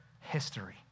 history